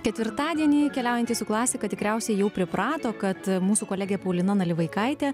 ketvirtadienį keliaujantys su klasika tikriausiai jau priprato kad mūsų kolegė paulina nalivaikaitė